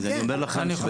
אני אומר לכם,